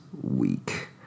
week